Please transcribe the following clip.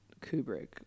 kubrick